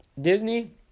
Disney